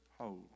hold